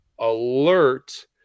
Alert